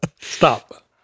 Stop